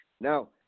Now